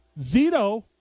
Zito